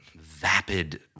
vapid